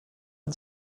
and